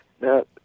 now